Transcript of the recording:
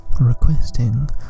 requesting